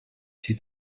die